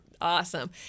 awesome